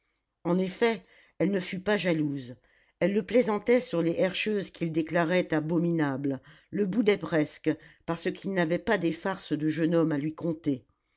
en effet elle ne fut pas jalouse elle le plaisantait sur les herscheuses qu'il déclarait abominables le boudait presque parce qu'il n'avait pas des farces de jeune homme à lui conter